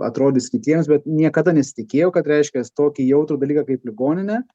atrodys kitiems bet niekada nesitikėjau kad reiškias tokį jautrų dalyką kaip ligoninė